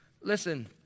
Listen